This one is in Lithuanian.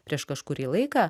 prieš kažkurį laiką